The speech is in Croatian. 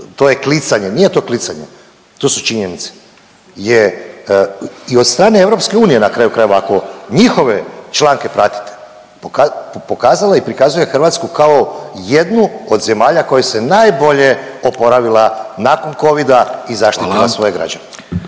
to je klicanje, nije to klicanje, to su činjenice. Je i od strane EU, na kraju krajeva, ako njihove članke pratite, pokazalo je i prikazuje Hrvatsku kao jednu od zemalja u kojima se najbolje oporavila nakon covida i zaštitila svoje građane.